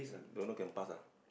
don't know can pass ah